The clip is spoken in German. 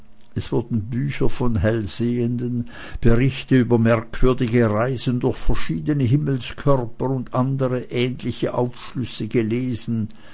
es wurden bücher von hellsehenden berichte über merkwürdige reisen durch verschiedene himmelskörper und andere ähnliche aufschlüsse gelesen